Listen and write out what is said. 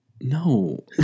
No